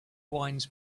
wines